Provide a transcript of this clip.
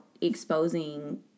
exposing